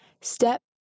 Step